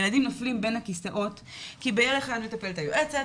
ילדים נופלים בין הכיסאות כי בילד אחד מטפלת היועצת